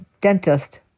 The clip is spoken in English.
dentist